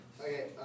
Okay